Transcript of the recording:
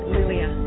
Lilia